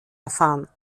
erfahren